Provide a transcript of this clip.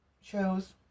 shows